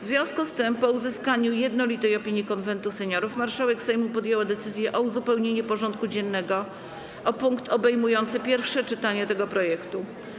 W związku z tym, po uzyskaniu jednolitej opinii Konwentu Seniorów, marszałek Sejmu podjęła decyzję o uzupełnieniu porządku dziennego o punkt obejmujący pierwsze czytanie tego projektu.